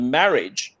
marriage